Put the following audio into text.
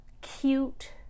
cute